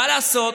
מה לעשות,